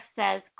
says